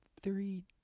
three